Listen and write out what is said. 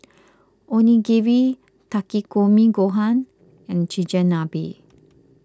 Onigiri Takikomi Gohan and Chigenabe